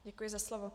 Děkuji za slovo.